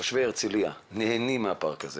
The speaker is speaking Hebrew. תושבי הרצליה נהנים מהפארק הזה